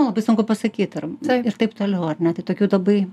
labai sunku pasakyt ar ir taip toliau ar ne tai tokių labai